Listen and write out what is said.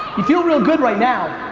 you feel real good right now.